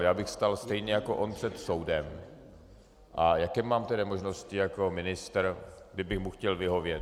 Já bych stál zřejmě jako on před soudem a jaké mám tedy možnosti jako ministr, kdybych mu chtěl vyhovět?